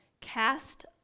Cast